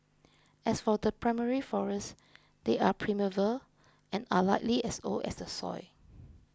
as for the primary forest they are primeval and are likely as old as the soil